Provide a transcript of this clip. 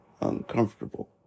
uncomfortable